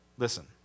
Listen